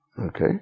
Okay